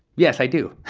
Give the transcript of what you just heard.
yes, i do.